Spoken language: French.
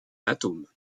atome